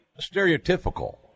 stereotypical